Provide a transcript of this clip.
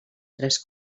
tres